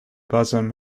bosom